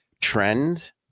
trend